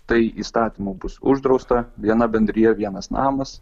tai įstatymu bus uždrausta viena bendrija vienas namas